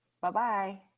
Bye-bye